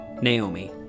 Naomi